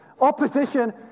Opposition